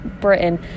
Britain